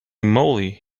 moly